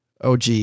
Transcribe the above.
OG